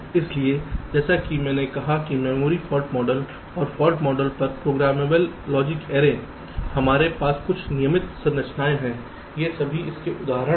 इसलिए जैसा कि मैंने कहा कि मेमोरी फॉल्ट मॉडल और फॉल्ट मॉडल पर प्रोग्रामेबल लॉजिक एरे हमारे पास कुछ नियमित संरचनाएं हैं ये सभी इसके उदाहरण हैं